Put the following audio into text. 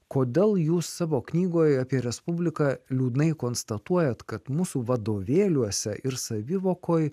kodėl jūs savo knygoj apie respubliką liūdnai konstatuojat kad mūsų vadovėliuose ir savivokoj